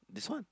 this one